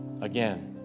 again